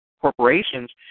corporations